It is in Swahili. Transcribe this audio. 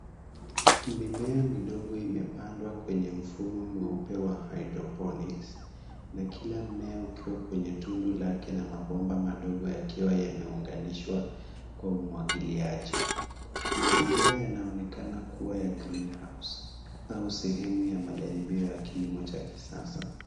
Mimea midogo imepandwa kwenye mfumo mweupe wa hydroponics , na kila mmea ukiwa kwenye tundu lake na mabomba madogo yakiwa yameunganishwa kwa umwagiliaji. Mazingira yanaonekana kuwa ya green house au sehemu ya majaribio ya kilimo cha kisasa.